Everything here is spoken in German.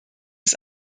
ist